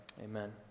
Amen